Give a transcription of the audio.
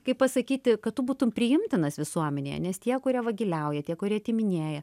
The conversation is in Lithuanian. kaip pasakyti kad tu būtum priimtinas visuomenėje nes tie kurie vagiliauja tie kurie atiminėja